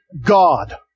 God